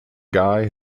guy